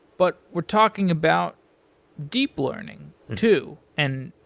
but we're talking about deep learning too. and